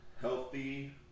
healthy